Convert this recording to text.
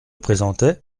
présentait